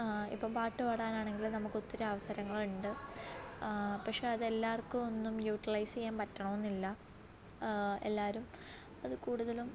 ഇപ്പോള് പാട്ടുപാടാനാണെങ്കിലും നമുക്ക് ഒത്തിരി അവസരങ്ങളുണ്ട് പക്ഷെ അത് എല്ലാവർക്കുമൊന്നും യൂട്ട്ലൈസ്സീയ്യാൻ പറ്റണമെന്നില്ല എല്ലാവരും അത് കൂടുതലും